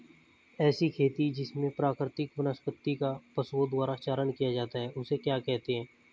ऐसी खेती जिसमें प्राकृतिक वनस्पति का पशुओं द्वारा चारण किया जाता है उसे क्या कहते हैं?